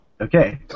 Okay